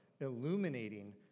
illuminating